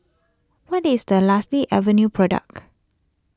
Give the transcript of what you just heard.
what is the lusty avenue product